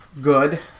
good